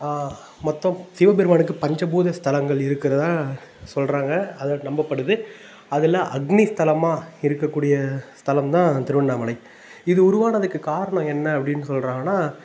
மொத்தம் சிவபெருமானுக்கு பஞ்சபூத ஸ்தலங்கள் இருக்கிறதா சொல்கிறாங்க அது நம்பப்படுது அதில் அக்னி ஸ்தலமாக இருக்கக்கூடிய ஸ்தலம்தான் திருவண்ணாமலை இது உருவானதுக்கு காரணம் என்ன அப்படின்னு சொல்கிறாங்கன்னா